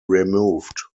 removed